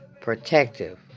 protective